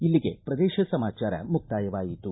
ಇಲ್ಲಿಗೆ ಪ್ರದೇಶ ಸಮಾಚಾರ ಮುಕ್ತಾಯವಾಯಿತು